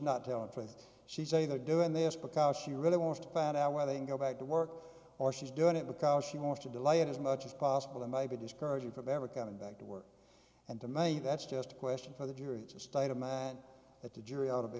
not telling for that she say they're doing this because she really wants to find out where they can go back to work or she's doing it because she wants to delay it as much as possible and maybe discourage you from ever coming back to work and to me that's just a question for the jury it's a state of mind that the jury ought to be